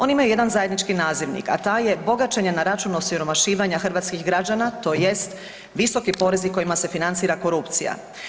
Oni imaju jedan zajednički nazivnik, a taj je bogaćenje na račun osiromašivanja hrvatskih građana tj. visoki porezi kojima se financira korupcija.